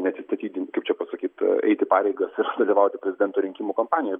neatsistatydint kaip čia pasakyt eiti pareigas ir dalyvauti prezidento rinkimų kampanijoje